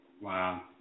Wow